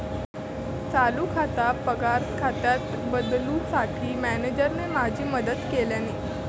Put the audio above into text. चालू खाता पगार खात्यात बदलूंसाठी मॅनेजरने माझी मदत केल्यानं